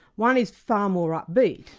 one is far more upbeat.